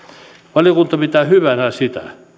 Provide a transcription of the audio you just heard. valiokunta pitää hyvänä sitä